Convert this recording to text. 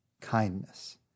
kindness